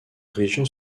région